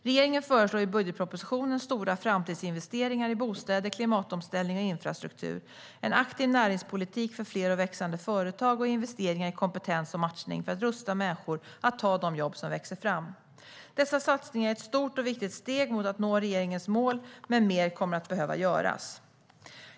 Regeringen föreslår i budgetpropositionen stora framtidsinvesteringar i bostäder, klimatomställning och infrastruktur, en aktiv näringspolitik för fler och växande företag och investeringar i kompetens och matchning för att rusta människor att ta de jobb som växer fram. Dessa satsningar är ett stort och viktigt steg mot att nå regeringens mål, men mer kommer att behöva göras.